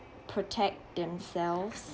protect themselves